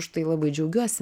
už tai labai džiaugiuosi